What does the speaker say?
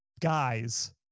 guys